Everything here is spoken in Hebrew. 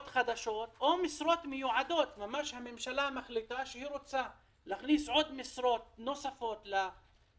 משרות מיועדות שהממשלה מחליטה שהיא רוצה להכניס לשירות